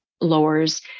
lowers